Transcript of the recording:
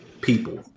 people